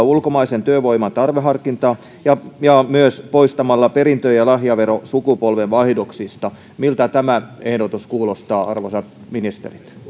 ulkomaisen työvoiman tarveharkinnan ja myös poistamalla perintö ja lahjaveron sukupolvenvaihdoksista miltä tämä ehdotus kuulostaa arvoisat ministerit